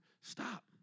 stop